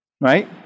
right